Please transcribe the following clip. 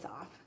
off